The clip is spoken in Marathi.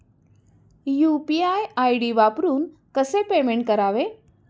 यु.पी.आय आय.डी वापरून कसे पेमेंट करावे?